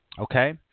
Okay